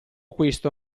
questo